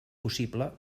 possible